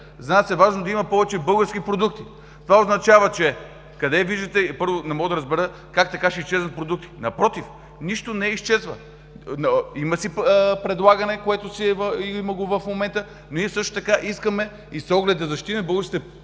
За нас е важно да има повече български продукти. Това означава, че… Къде виждате… Първо, не мога да разбера как така ще изчезнат продукти? Напротив – нищо не изчезва! Има си предлагане, има го в момента. Също така ние искаме, с оглед да защитим българските потребители,